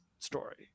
story